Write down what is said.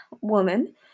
woman